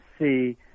see